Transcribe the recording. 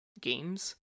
games